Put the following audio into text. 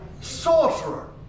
sorcerer